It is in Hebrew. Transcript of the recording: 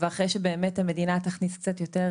ואחרי שבאמת המדינה תכניס קצת יותר,